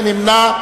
מי נמנע?